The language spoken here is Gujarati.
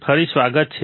ફરી સ્વાગત છે